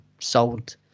sold